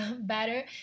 better